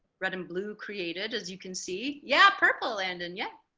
red and blue created as you can see yeah purple landon yes